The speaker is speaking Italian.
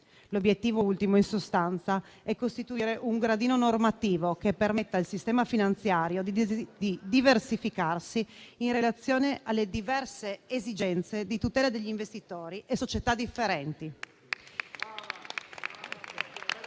L'obiettivo ultimo, in sostanza, è costituire un gradino normativo che permetta al sistema finanziario di diversificarsi in relazione alle diverse esigenze di tutela degli investitori e società differenti.